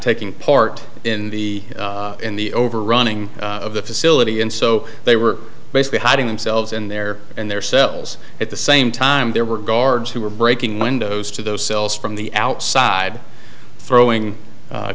taking part in the in the overrunning of the facility and so they were basically hiding themselves in there and their cells at the same time there were guards who were breaking windows to those cells from the outside throwing